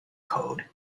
code